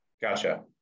Gotcha